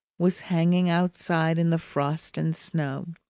was hanging outside in the frost and snow.